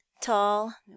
tall